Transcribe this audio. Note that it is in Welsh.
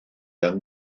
yng